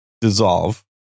dissolve